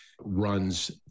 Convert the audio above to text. runs